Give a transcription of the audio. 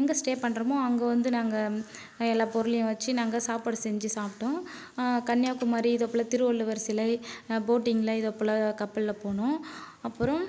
எங்கே ஸ்டே பண்ணுறோமோ அங்கே வந்து நாங்கள் எல்லா பொருளையும் வச்சு நாங்கள் சாப்பாடு செஞ்சு சாப்பிட்டோம் கன்னியாகுமாரி இதுபோல் திருவள்ளுவர் சிலை போட்டிங்கில் இது போல கப்பலில் போனோம் அப்புறம்